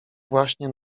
właśnie